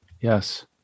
Yes